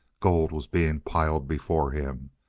gold was being piled before him.